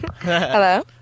Hello